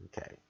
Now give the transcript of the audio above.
Okay